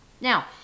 Now